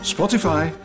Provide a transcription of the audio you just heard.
Spotify